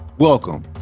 Welcome